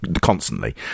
constantly